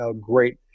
great